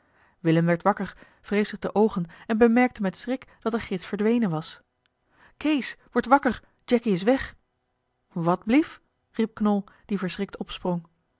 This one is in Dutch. werd wakker wreef zich de oogen en bemerkte met schrik dat de gids verdwenen was kees word wakker jacky is weg wat blief riep knol die verschrikt opsprong